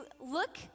look